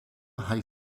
high